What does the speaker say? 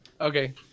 Okay